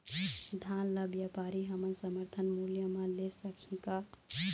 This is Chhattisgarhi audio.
धान ला व्यापारी हमन समर्थन मूल्य म ले सकही का?